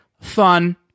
Fun